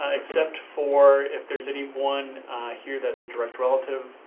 ah except for if there's anyone here that's a direct relative,